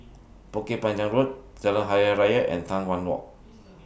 Bukit Panjang Road Jalan Hari Raya and Tai Hwan Walk